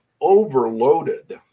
overloaded